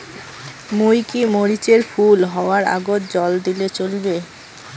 মুই কি মরিচ এর ফুল হাওয়ার আগত জল দিলে চলবে?